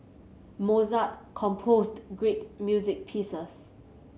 Mozart composed great music pieces